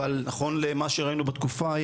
אבל נכון למה שראינו בתקופה ההיא,